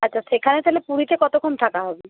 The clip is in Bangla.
আচ্ছা সেখানে তাহলে পুরীতে কতক্ষণ থাকা হবে